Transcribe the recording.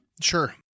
Sure